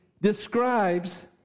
describes